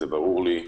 זה ברור לי.